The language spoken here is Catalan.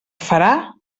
farà